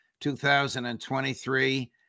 2023